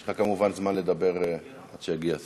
יש לך כמובן זמן לדבר עד שיגיע השר.